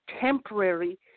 temporary